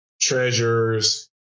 treasures